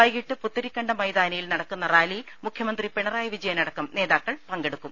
വൈകീട്ട് പുത്തരിക്കണ്ടം മൈതാനിയിൽ നടക്കുന്ന റാലിയിൽ മുഖ്യമന്ത്രി പിണറായി വിജയൻ അടക്കം നേതാക്കൾ പങ്കെടുക്കും